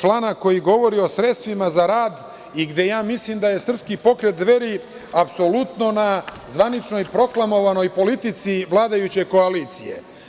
člana koji govori o sredstvima za rad i gde ja mislim da je srpski pokret Dveri, apsolutno na zvaničnoj proklamovanoj politici vladajuće koalicije.